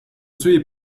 soyez